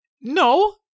No